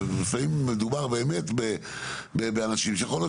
ולפעמים מדובר באמת באנשים שיכול להיות